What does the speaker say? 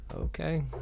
Okay